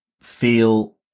feel